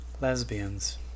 Lesbians